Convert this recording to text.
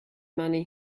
money